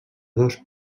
dos